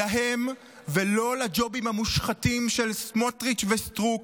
להם, ולא לג'ובים המושחתים של סמוטריץ' וסטרוק,